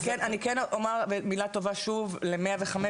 אני כן אומר מילה טובה שוב ל-105,